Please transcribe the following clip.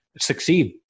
succeed